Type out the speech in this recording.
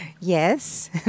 Yes